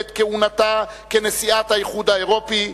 בעת כהונתה כנשיאת האיחוד האירופי,